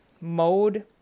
mode